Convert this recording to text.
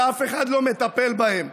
שאף אחד לא מטפל בהם.